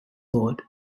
board